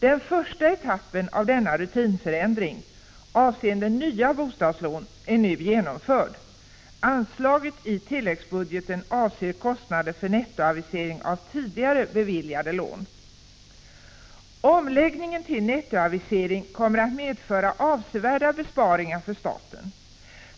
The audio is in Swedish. Den första etappen av denna rutinförändring, avseende nya bostadslån, är nu genomförd. Anslaget i tilläggsbudgeten avser kostnader för nettoavisering av tidigare beviljade lån. Omläggningen till nettoavisering kommer att medföra avsevärda besparingar för staten.